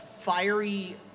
fiery